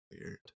weird